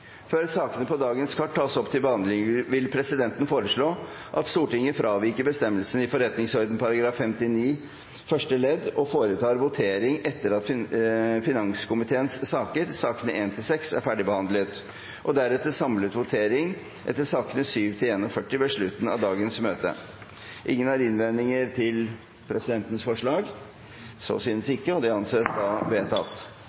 Før sakene på dagens kart tas opp til behandling, vil presidenten foreslå at Stortinget fraviker bestemmelsen i forretningsordenen § 59 første ledd og foretar votering etter at finanskomiteens saker, sakene nr. 1–6, er ferdigbehandlet, og deretter samlet votering etter sakene 7–41 ved slutten av dagens møte. Ingen innvendinger er kommet mot presidentens forslag,